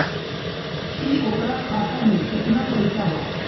की ओकरा खाता मे कितना पैसा बा?